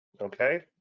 Okay